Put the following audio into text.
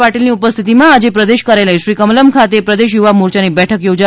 પાટીલની ઉપસ્થિતમાં આજે પ્રદેશ કાર્યાલય શ્રી કમલમ્ ખાતે પ્રદેશ યુવા મોરચાની બેઠક યોજાશે